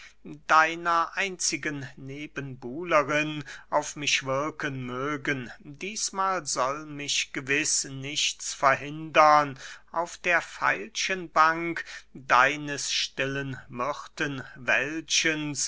deiner einzigen nebenbuhlerin auf mich wirken mögen dießmahl soll mich gewiß nichts verhindern auf der veilchenbank deines stillen myrtenwäldchens